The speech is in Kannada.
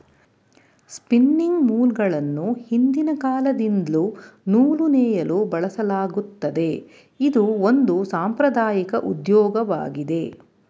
ಸ್ಪಿನಿಂಗ್ ಮೂಲ್ಗಳನ್ನು ಹಿಂದಿನ ಕಾಲದಿಂದಲ್ಲೂ ನೂಲು ನೇಯಲು ಬಳಸಲಾಗತ್ತಿದೆ, ಇದು ಒಂದು ಸಾಂಪ್ರದಾಐಕ ಉದ್ಯೋಗವಾಗಿದೆ